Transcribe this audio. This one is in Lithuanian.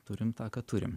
turim tą ką turim